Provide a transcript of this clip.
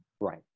Right